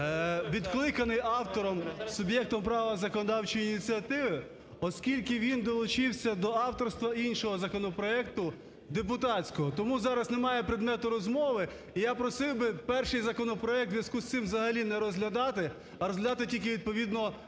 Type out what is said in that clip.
відкликаний автором, суб'єктом права законодавчої ініціативи, оскільки він долучився до авторства іншого законопроекту, депутатського. Тому зараз немає предмету розмови. І я просив би перший законопроект у зв'язку з цим взагалі не розглядати, а розглядати тільки відповідно